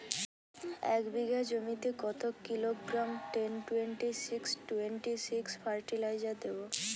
এক বিঘা জমিতে কত kilogram ten twenty six twenty six fertiliser দেবো?